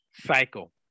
cycle